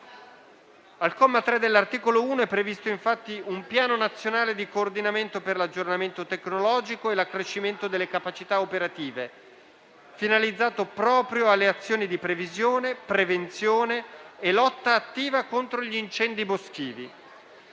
Al comma 3 dell'articolo 1 è previsto un Piano nazionale di coordinamento per l'aggiornamento tecnologico e l'accrescimento delle capacità operative finalizzato proprio alle azioni di previsione, prevenzione e lotta attiva contro gli incendi boschivi.